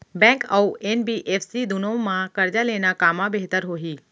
Bank अऊ NBFC दूनो मा करजा लेना कामा बेहतर होही?